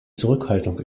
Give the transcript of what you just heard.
zurückhaltung